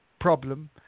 problem